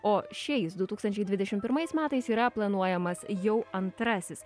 o šiais du tūkstančiai dvidešimt pirmais metais yra planuojamas jau antrasis